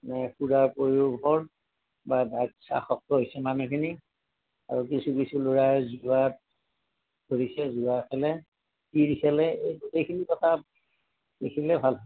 মানে সুৰা প্ৰয়োভৰ বা ড্ৰাগছ আসক্ত হৈছে মানুহখিনি আৰু কিছু কিছু ল'ৰাৰ জুৱাত গৈছে জুৱা খেলে তিৰ খেলে এই গোটেইখিনি কথা লিখিলে ভাল